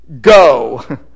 go